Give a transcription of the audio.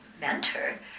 mentor